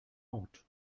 ort